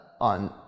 on